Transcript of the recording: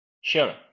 Sure